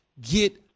get